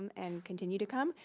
and continue to come.